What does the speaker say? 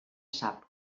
sap